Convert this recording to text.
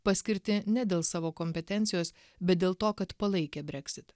paskirti ne dėl savo kompetencijos bet dėl to kad palaikę brexit